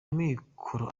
amikoro